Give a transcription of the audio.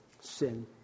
sin